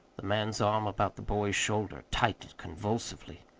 the man's arm about the boy's shoulder tightened convulsively.